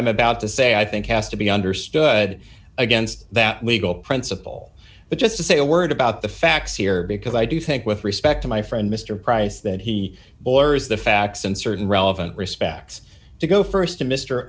i'm about to say i think has to be understood against that legal principle but just to say a word about the facts here because i do think with respect to my friend mr price that he boyer's the facts and certain relevant respects to go